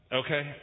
okay